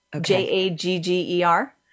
J-A-G-G-E-R